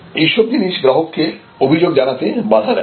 এইসব জিনিস গ্রাহককে অভিযোগ জানাতে বাধা দেয়